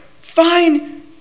fine